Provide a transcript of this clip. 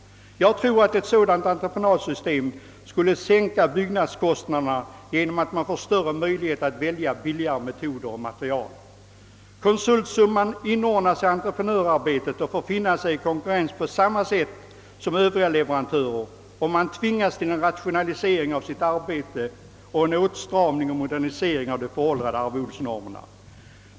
Jag tror att ett sådant entreprenadsystem skulle sänka byggnadskostnaderna genom att man därigenom får bättre möjlighet att välja billigare metoder och materiel. Konsultsumman inordnas i entreprenadarbetet och konsulten får finna sig i konkurrens på samma sätt som Övriga leverantörer, varigenom han tvingas till en rationalisering av sitt arbete och en åtstramning och moder: nisering av de föråldrade arvodesnormerna.